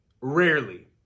rarely